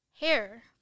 hair